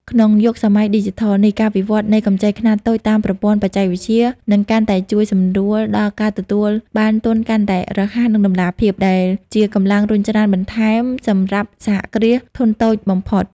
ក្នុងយុគសម័យឌីជីថលនេះ ការវិវត្តនៃកម្ចីខ្នាតតូចតាមប្រព័ន្ធបច្ចេកវិទ្យា នឹងកាន់តែជួយសម្រួលដល់ការទទួលបានទុនកាន់តែរហ័ស និងតម្លាភាព ដែលជាកម្លាំងរុញច្រានបន្ថែមសម្រាប់សហគ្រាសធុនតូចបំផុត។